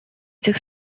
этих